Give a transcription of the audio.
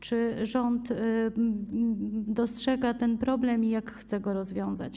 Czy rząd dostrzega ten problem i jak chce go rozwiązać?